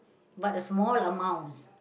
but a small amounts